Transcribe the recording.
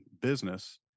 business